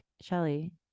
Shelly